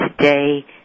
today